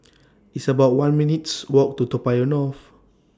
It's about one minutes' Walk to Toa Payoh North